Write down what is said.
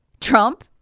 Trump